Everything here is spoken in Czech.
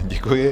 Děkuji.